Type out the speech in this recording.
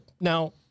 Now